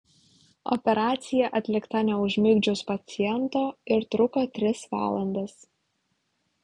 operacija atlikta neužmigdžius paciento ir truko tris valandas